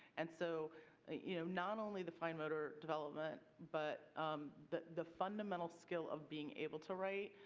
and so ah you know not only the fine motor development but the the fundamental skill of being able to write.